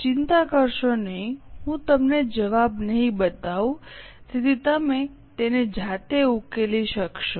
ચિંતા કરશો નહીં હું તમને જવાબ નહીં બતાવું તેથી તમે તેને જાતે ઉકેલી શકશો